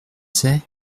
c’est